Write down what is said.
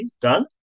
done